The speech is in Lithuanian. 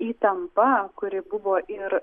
įtampa kuri buvo ir